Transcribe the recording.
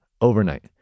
overnight